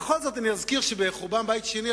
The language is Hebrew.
בכל זאת אזכיר שבחורבן בית שני,